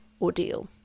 Ordeal